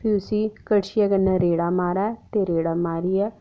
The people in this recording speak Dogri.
फ्ही उसी कड़छी कन्नै रेड़े मारै ते रेड़ा मारियै